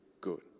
good